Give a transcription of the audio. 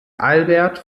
albert